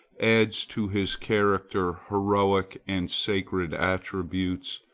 adds to his character heroic and sacred attributes,